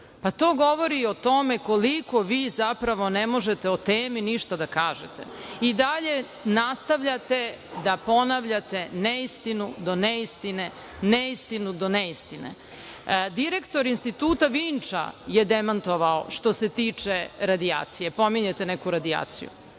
to govori o tome koliko vi zapravo ne možete o temi ništa da kažete. I, dalje nastavljate da ponavljate neistinu do neistine. Direktor Instituta Vinča je demantovao što se tiče radijacije, pominjete neku radijaciju.